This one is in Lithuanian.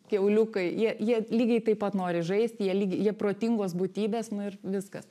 kiauliukai jie jie lygiai taip pat nori žaisti jie lygiai jie protingos būtybės nu ir viskas